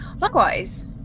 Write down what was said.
Likewise